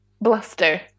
bluster